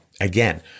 again